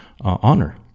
honor